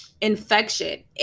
infection